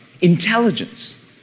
intelligence